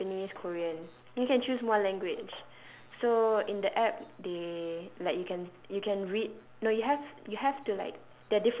japanese korean you can choose one language so in the app they like you can you can read no you have you have to like